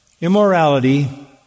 immorality